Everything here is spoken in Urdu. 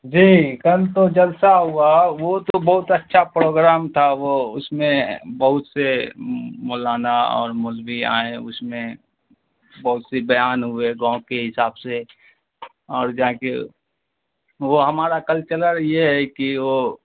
جی کل تو جلسہ ہوا وہ تو بہت اچھا پروگرام تھا وہ اس میں بہت سے مولانا اور مولوی آئے اس میں بہت سی بیان ہوئے گاؤں کے حساب سے اور جا کے وہ ہمارا کلچلر یہ ہے کہ وہ